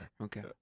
Okay